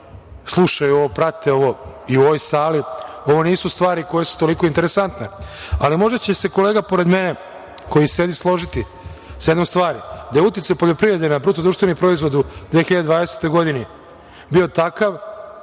slušaju ovo, prate ovo, i u ovoj sali, ovo nisu stvari koje su toliko interesantne, ali možda će se kolega pored mene koji sedi složiti sa jednom stvari da je uticaj poljoprivrede na BDP u 2020. godini bio takav